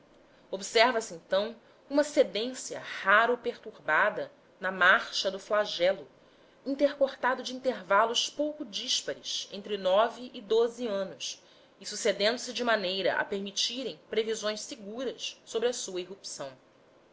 observa se então uma cadência rara perturbada na marcha do flagelo intercortado de intervalos pouco díspares entre e anos e sucedendo se de maneira a permitirem previsões seguras sobre a sua irrupção